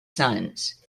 suns